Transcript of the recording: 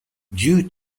due